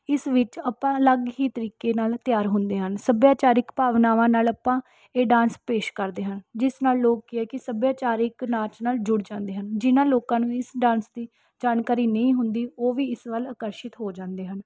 ਇਸ ਵਿੱਚ ਆਪਾਂ ਅਲੱਗ ਹੀ ਤਰੀਕੇ ਨਾਲ ਤਿਆਰ ਹੁੰਦੇ ਹਾਂ ਸੱਭਿਆਚਾਰਕ ਭਾਵਨਾਵਾਂ ਨਾਲ ਆਪਾਂ ਇਹ ਡਾਂਸ ਪੇਸ਼ ਕਰਦੇ ਹਾਂ ਜਿਸ ਨਾਲ ਲੋਕ ਕੀ ਹੈ ਕਿ ਸੱਭਿਆਚਾਰਕ ਨਾਚ ਨਾਲ ਜੁੜ ਜਾਂਦੇ ਹਨ ਜਿਨ੍ਹਾਂ ਲੋਕਾਂ ਨੂੰ ਇਸ ਡਾਂਸ ਦੀ ਜਾਣਕਾਰੀ ਨਹੀਂ ਹੁੰਦੀ ਉਹ ਵੀ ਇਸ ਵੱਲ ਆਕਰਸ਼ਿਤ ਹੋ ਜਾਂਦੇ ਹਨ